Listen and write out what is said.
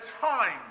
time